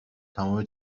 تمام